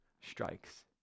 strikes